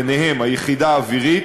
וביניהם היחידה האווירית,